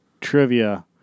Trivia